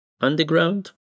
underground